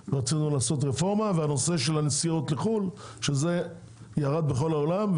ובנושא הנסיעות לחו"ל, שירד בכל העולם.